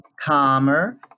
calmer